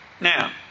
Now